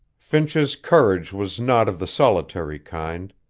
finch's courage was not of the solitary kind.